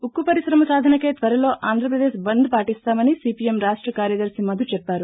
ఉక్కు పరిశ్రమ సాధనకై త్వరలోఆంధ్ర ప్రదేశ్ బంద్ పాటిస్తామని సీపీఎం రాష్ట కార్యదర్తి మధు చెప్పారు